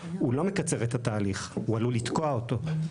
הוא לא מקצר את התהליך אלא עלול לתקוע אותו.